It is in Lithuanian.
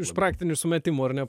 iš praktinių sumetimų ar ne